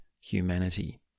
humanity